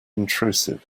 intrusive